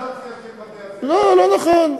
לא בקולוניזציה של בתי-הספר, לא, לא נכון.